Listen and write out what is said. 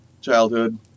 childhood